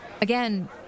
again